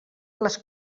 les